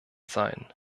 sein